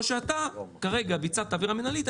או שאתה כרגע ביצעת עבירה מנהלית,